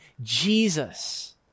Jesus